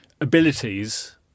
abilities